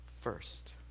First